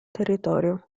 territorio